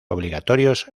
obligatorios